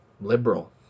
liberal